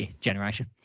generation